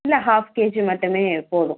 இல்லை half KG மட்டுமே போதும்